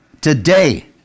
Today